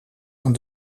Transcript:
aan